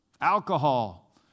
alcohol